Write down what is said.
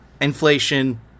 inflation